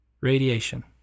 Radiation